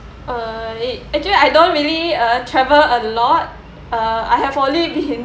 uh it actually I don't really uh travel a lot uh I have only been